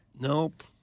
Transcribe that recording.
Nope